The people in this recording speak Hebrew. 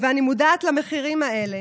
ואני מודעת למחירים האלה.